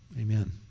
Amen